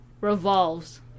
revolves